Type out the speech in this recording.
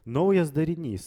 naujas darinys